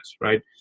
right